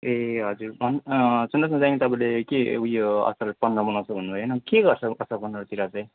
ए हजुर भन अँ सुन्नुहोस् न चाहिने तपाईँले के उयो असार पन्ध्र मनाउँछु भन्नुभयो होइन के गर्छ असार पन्ध्रतिर चाहिँ